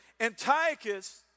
Antiochus